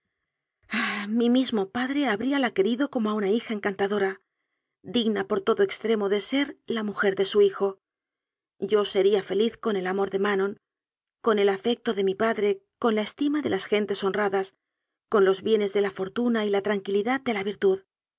ah mi mismo pa dre habríala querido como a una hija encantadora digna por todo extremo de ser la mujer de su hijo yo sería feliz con el amor de manon con el afecto de mi padre con la estima de las gentes honradas con los bienes de la fortuna y la tranquilidad de la virtud